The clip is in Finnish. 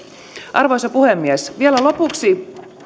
arvoisa puhemies vielä lopuksi